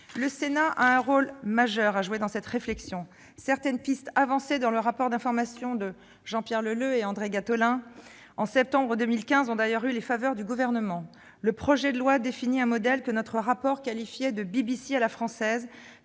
Le Sénat a un rôle majeur à jouer dans cette réflexion. Certaines pistes avancées dans le rapport d'information de Jean-Pierre Leleux et André Gattolin en septembre 2015 ont d'ailleurs eu les faveurs du Gouvernement. Le projet de loi définit un modèle que notre rapport qualifiait de « BBC à la française